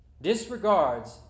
disregards